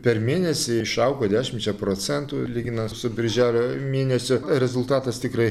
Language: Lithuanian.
per mėnesį išaugo dešimčia procentų lyginant su birželio mėnesiu rezultatas tikrai